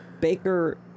Baker